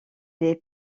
des